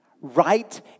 Right